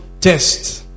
test